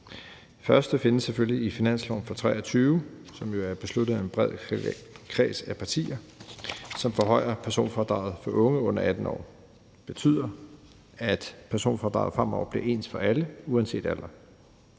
findes selvfølgelig i finansloven for 2023, som jo er besluttet af en bred kreds af partier. Det er en forhøjelse af personfradraget for unge under 18 år. Det betyder, at personfradraget fremover bliver ens for alle, uanset alder.